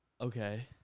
Okay